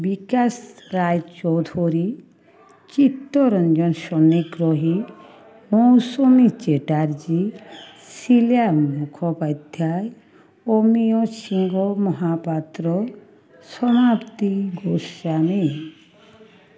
বিকাশ Roy Chowdhury Chittaranjan Sanigrahi Mousumi Chatterjee Sheela Mukhopadhyay Amiya Singha Mahapatra Samapti Goswami